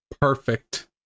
perfect